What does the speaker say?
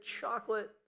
chocolate